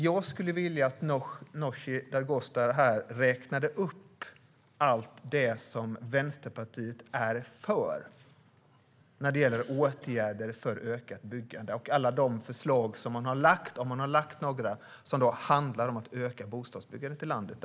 Jag skulle vilja att Nooshi Dadgostar här räknade upp allt det som ni i Vänsterpartiet är för när det gäller åtgärder för ökat byggande och alla förslag som ni har lagt fram, om ni har lagt fram några, som handlar om att öka bostadsbyggandet i landet.